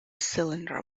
cylinder